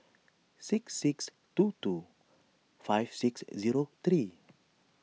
six six two two five six zero three